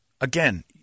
Again